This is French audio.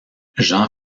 jean